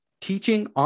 teaching